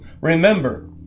Remember